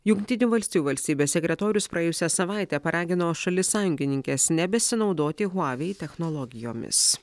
jungtinių valstijų valstybės sekretorius praėjusią savaitę paragino šalis sąjungininkes nebesinaudoti huavei technologijomis